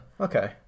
okay